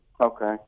Okay